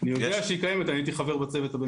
אני יודע שהיא קיימת, אני הייתי חבר בצוות.